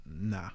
Nah